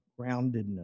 groundedness